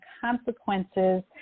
consequences